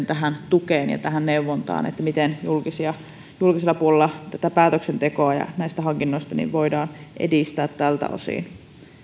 tähän tukeen ja tähän neuvontaan siitä miten julkisella puolella tätä päätöksentekoa näistä hankinnoista voidaan edistää tältä osin